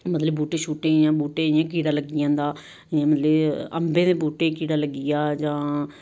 मतलब बूहटे शूहटे जियां बूह्टे कीड़ा लग्गी जंदा जियां मतलब कि अंबै दे बूह्टे गी कीड़ा लग्गी गेआ जां